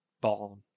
born